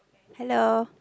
hello